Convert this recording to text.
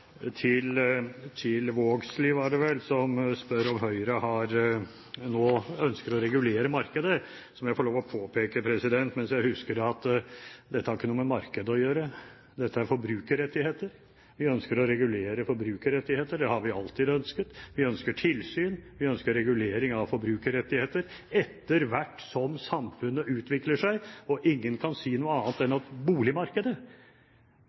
det. Til Vågslid, som spurte om Høyre nå ønsker å regulere markedet, må jeg få lov til å påpeke mens jeg husker det, at dette har ikke noe med markedet å gjøre. Dette er forbrukerrettigheter. Vi ønsker å regulere forbrukerrettigheter. Det har vi alltid ønsket. Vi ønsker tilsyn, og vi ønsker regulering av forbrukerrettigheter etter hvert som samfunnet utvikler seg. Og ingen kan si noe annet enn at boligmarkedet